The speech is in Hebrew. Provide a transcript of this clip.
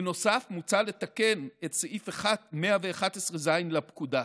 בנוסף, מוצע לתקן את סעיף 111ו(ג) לפקודה,